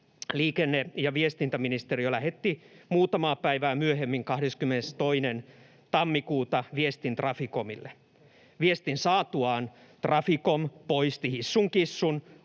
liikenne- ja viestintäministeriö lähetti muutamaa päivää myöhemmin, 22. tammikuuta, viestin Traficomille. Viestin saatuaan Traficom poisti hissun kissun